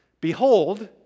Behold